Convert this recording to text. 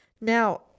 Now